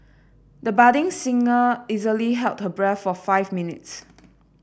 the budding singer easily held her breath for five minutes